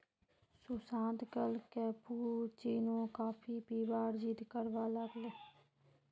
सुशांत कल cappuccino coffee पीबार जिद्द करवा लाग ले